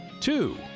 two